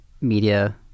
media